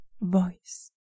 voice